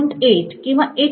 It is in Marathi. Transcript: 8 किंवा 0